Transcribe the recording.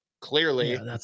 clearly